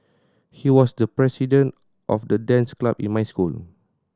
he was the president of the dance club in my school